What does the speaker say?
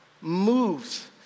moves